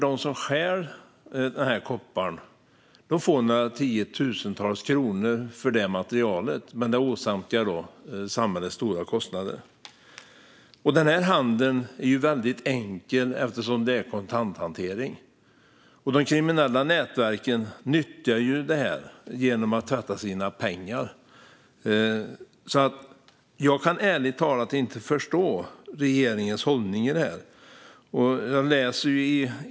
De som stjäl kopparn får några tiotusentals kronor för materialet, medan stölden åsamkar samhället stora kostnader. Handeln är också väldigt enkel, eftersom det är kontanthantering. De kriminella nätverken nyttjar detta för att tvätta pengar.